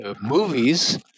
movies